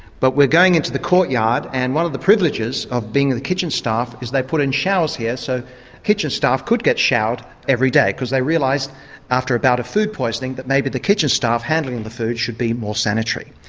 but we're going into the courtyard and one of the privileges of being on the kitchen staff is they put in showers here so kitchen staff could get showered every day, because they realised after a bout of food poisoning that maybe the kitchen staff handling the food should be more sanitary.